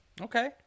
Okay